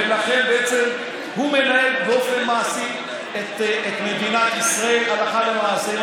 ולכן בעצם הוא מנהל באופן מעשי את מדינת ישראל הלכה למעשה.